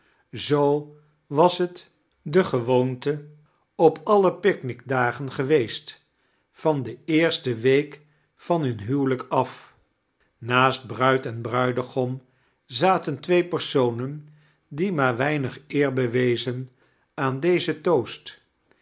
zoo was t de gewoonte op alle picnic-dagen geweest van de eerste week van him huwelijk af naast bruid en bruidegom zaten twee personen die maar weinig eer bewezen aan dezen toost